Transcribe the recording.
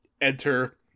Enter